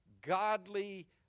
godly